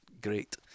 great